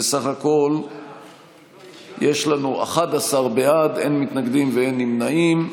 בסך הכול יש לנו 11 בעד, אין מתנגדים ואין נמנעים.